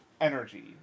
energy